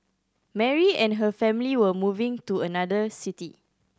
Mary and her family were moving to another city